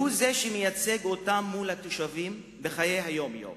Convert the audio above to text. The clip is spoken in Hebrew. הוא זה שמייצג אותם מול התושבים בחיי היום-יום